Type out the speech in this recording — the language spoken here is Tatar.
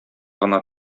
гына